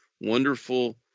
wonderful